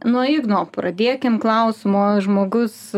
nuo igno pradėkim klausimu žmogus